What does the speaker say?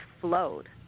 flowed